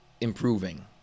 improving